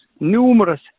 numerous